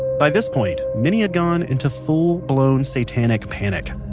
by this point, many had gone into full blown satanic panic.